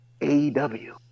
AEW